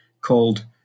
called